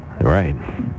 Right